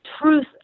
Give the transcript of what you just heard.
truth